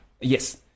yes